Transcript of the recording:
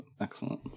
excellent